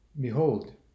Behold